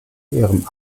ihrem